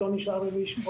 ומה קורה אז?